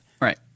Right